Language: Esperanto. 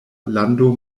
lando